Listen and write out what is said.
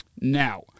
Now